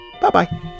Bye-bye